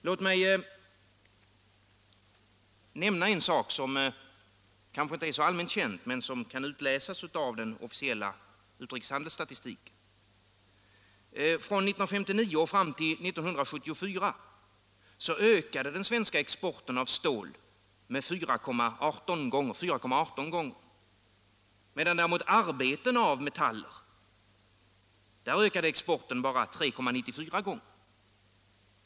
Låt mig nämna en sak som kanske inte är så allmänt känd men som kan utläsas av den officiella utrikeshandelsstatistiken. Från 1959 fram till 1974 ökade den svenska exporten av stål med 4,18 gånger, medan 205 men inom svenskt produktionsliv däremot exporten av arbeten av metall bara ökade med 3,94 gånger.